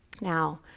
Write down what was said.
Now